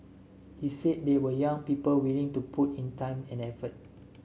he said there were young people willing to put in time and effort